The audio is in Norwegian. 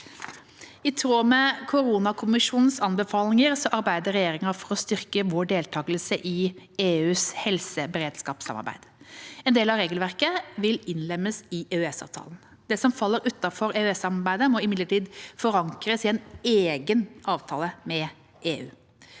I tråd med koronakommisjonens anbefalinger arbeider regjeringa for å styrke vår deltakelse i EUs helseberedskapssamarbeid. En del av regelverket vil innlemmes i EØS-avtalen. Det som faller utenfor EØS-samarbeidet, må imidlertid forankres i en egen avtale med EU.